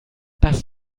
das